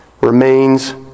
remains